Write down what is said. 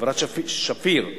לחברת "שפיר".